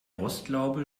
rostlaube